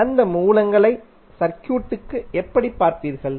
எனவே அந்த மூலங்களை சர்க்யூட்க்கு எப்படிப் பார்ப்பீர்கள்